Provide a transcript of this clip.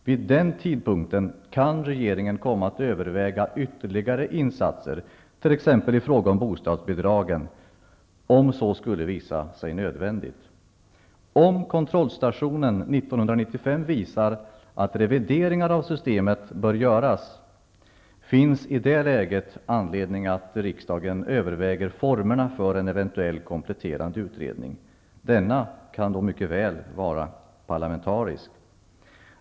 Vid den tidpunkten kan regeringen komma att överväga ytterligare insatser t.ex. i fråga om bostadsbidragen, om så skulle visa sig nödvändigt. Om kontrollstationen 1995 visar att revideringar av systemet bör göras finns i det läget anledning för riksdagen att överväga formerna för en eventuell kompletterande utredning, som mycket väl kan vara parlamentarisk.